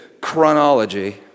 chronology